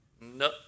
No